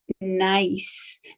nice